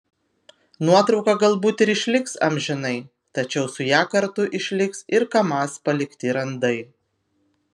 nuotrauka galbūt ir išliks amžinai tačiau su ja kartu išliks ir kamaz palikti randai